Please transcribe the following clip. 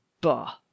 Bah